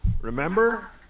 Remember